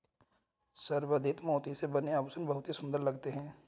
संवर्धित मोती से बने आभूषण बहुत ही सुंदर लगते हैं